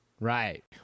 Right